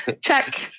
check